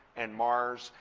and mars,